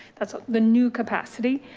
that's the new capacity.